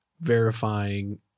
verifying